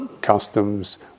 customs